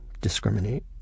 discriminate